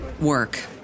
Work